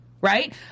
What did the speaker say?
right